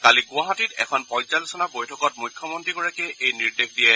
কালি গুৱাহাটীত এখন পৰ্যালোচনা বৈঠকত মুখ্যমন্ত্ৰীগৰাকীয়ে এই নিৰ্দেশ দিয়ে